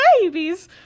babies